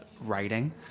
writing